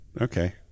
okay